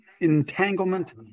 entanglement